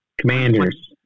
Commanders